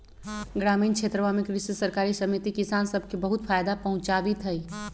ग्रामीण क्षेत्रवा में कृषि सरकारी समिति किसान सब के बहुत फायदा पहुंचावीत हई